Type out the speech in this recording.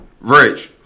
Rich